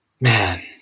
man